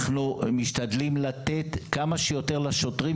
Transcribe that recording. אנחנו משתדלים לתת כמה שיותר לשוטרים,